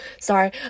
sorry